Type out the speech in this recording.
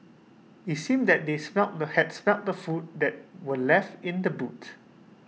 IT seemed that they smelt they had smelt the food that were left in the boot